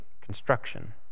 construction